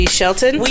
Shelton